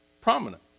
prominent